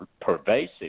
pervasive